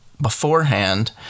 beforehand